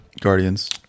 guardians